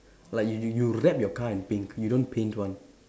like you you you wrap your car in pink you don't paint one